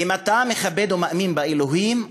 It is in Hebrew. אם אתה מכבד ומאמין באלוהים,